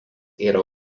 yra